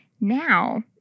Now